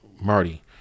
Marty